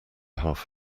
half